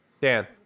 Dan